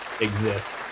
exist